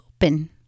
open